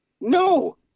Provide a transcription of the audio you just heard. No